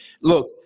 Look